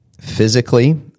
physically